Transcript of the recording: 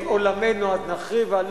את עולמנו אז נקימה,